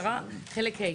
חלק ה':